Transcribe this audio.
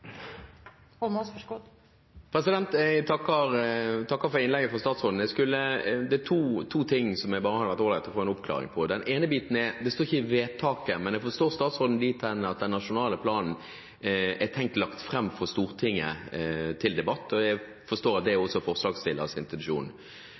Jeg takker for innlegget fra statsråden. Det er to ting det hadde vært all right å få en oppklaring av. Den ene biten gjelder: Det står ikke i vedtaket, men jeg forstår statsråden dit hen at den nasjonale planen er tenkt lagt fram for Stortinget til debatt. Jeg forstår det slik at det